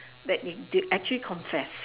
that they did actually confess